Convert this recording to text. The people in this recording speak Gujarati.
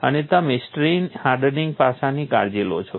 અને તમે સ્ટ્રેઇન હાર્ડનિંગ પાસાની કાળજી લો છો